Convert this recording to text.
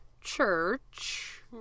church